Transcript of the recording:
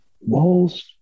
walls